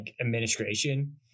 administration